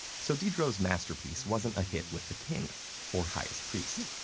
so diderot's masterpiece wasn't a hit with the king or highest priest.